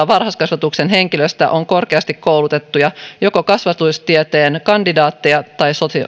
varhaiskasvatuksen henkilöistä on korkeasti koulutettuja joko kasvatustieteen kandidaatteja tai